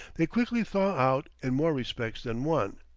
they quickly thaw out in more respects than one.